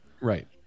Right